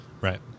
Right